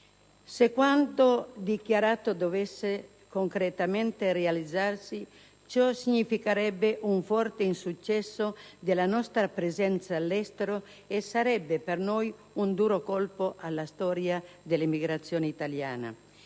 Se quanto dichiarato dovesse concretamente realizzarsi, ciò significherebbe un forte insuccesso della nostra presenza all'estero e sarebbe, per noi, un duro colpo alla storia dell'emigrazione italiana.